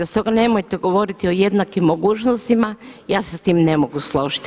Stoga nemojte govoriti o jednakim mogućnostima, ja se s tim ne mogu složiti.